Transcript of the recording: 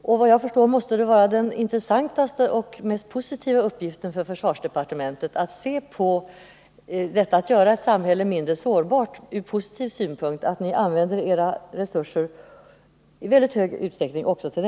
Enligt vad jag förstår måste den intressantaste och mest positiva uppgift som försvarsdepartementet kan ha vara att se på möjligheterna att göra samhället mindre sårbart och att i stor utsträckning använda sina resurser också till detta ändamål.